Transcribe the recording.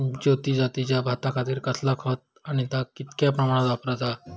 ज्योती जातीच्या भाताखातीर कसला खत आणि ता कितक्या प्रमाणात वापराचा?